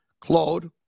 Claude